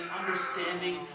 understanding